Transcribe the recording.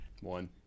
One